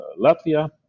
Latvia